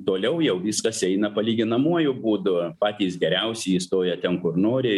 toliau jau viskas eina palyginamuoju būdu patys geriausi įstoja ten kur nori